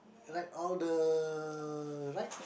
like all the ride